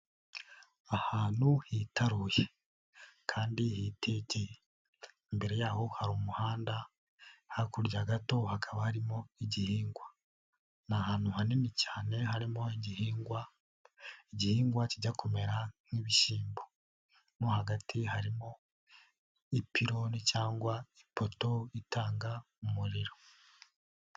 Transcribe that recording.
Ahantu hitaruye kandi hitegeye. Imbere yaho hari umuhanda, hakurya gato hakaba harimo igihingwa. Ni ahantu hanini cyane harimo igihingwa, igihingwa kijya kumera nk'ibishyimbo. Mo hagati harimo ipironi cyangwa ipoto itanga umuriro.